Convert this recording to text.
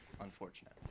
unfortunate